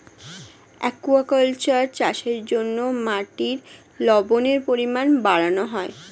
aquaculture চাষের জন্য মাটির লবণের পরিমাণ বাড়ানো হয়